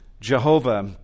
Jehovah